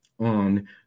on